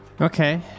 Okay